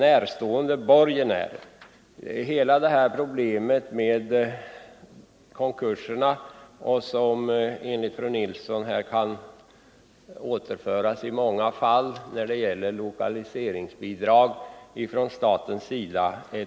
Vi är tyvärr medvetna om att det, som fru Nilsson i Sunne säger, förekommer att man vid konkurser undanhåller staten betalning för fordringar som i många fall uppkommit genom lokaliseringsbidrag från statens sida.